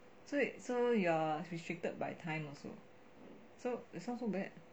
so so you're restricted by time also so sounds so bad